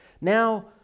Now